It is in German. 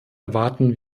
erwarten